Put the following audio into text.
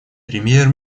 премьер